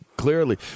Clearly